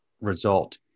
result